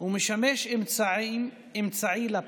ומשמש אמצעי לפשע.